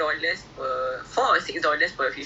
like err what's that word aniaya